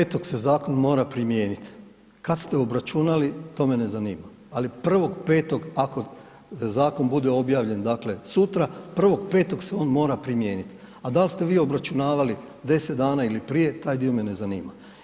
Gledajte, 1.5. se zakon mora primijenit, kad ste obračunali, to me ne zanima, ali 1.5. ako zakon bude objavljen, dakle sutra, 1.5. se on mora primijenit, a dal ste vi obračunavali 10 dana ili prije, taj dio me ne zanima.